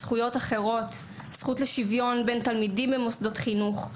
לשוויון במוסדות החינוך,